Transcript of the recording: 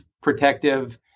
protective